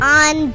on